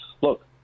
look